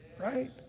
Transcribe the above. right